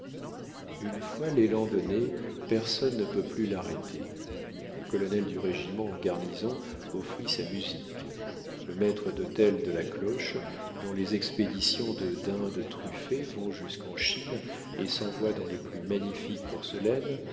une fois l'élan donné personne ne peut plus l'arrêter le colonel du régiment en garnison offrit sa musique le maître dhôtel de la cloche dont les expéditions de dindes truffées vont jusqu'en chine et s'envoient dans les plus magnifiques porcelaines